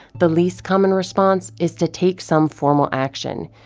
the least common response is to take some formal action,